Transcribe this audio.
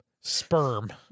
sperm